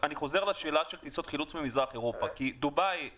אני חוזר לשאלה של טיסות החילוץ ממזרח אירופה כי דובאי